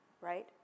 right